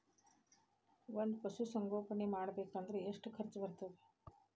ಒಂದ್ ಪಶುಸಂಗೋಪನೆ ಮಾಡ್ಬೇಕ್ ಅಂದ್ರ ಎಷ್ಟ ಖರ್ಚ್ ಬರತ್ತ?